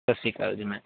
ਸਤਿ ਸ਼੍ਰੀ ਅਕਾਲ ਜੀ ਮੈਮ